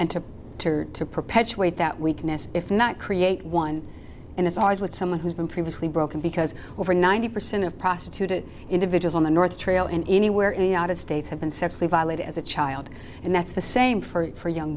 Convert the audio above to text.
and to perpetuate that weakness if not create one and it's always with someone who's been previously broken because over ninety percent of prostituted individuals on the north trail and anywhere in the united states have been sexually violated as a child and that's the same for young